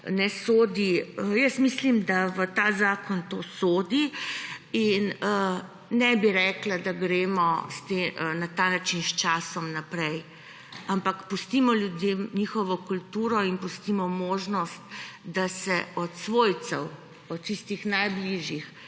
ne sodi. Mislim, da v ta zakon to sodi. Ne bi rekla, da gremo na ta način s časom naprej, ampak pustimo ljudem njihovo kulturo in pustimo možnost, da se od svojcev, od tistih najbližjih,